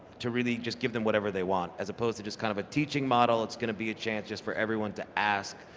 to really just give them whatever they want, as opposed to just kind of a teaching model, it's gonna be a chance just for everyone to ask,